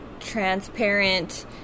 transparent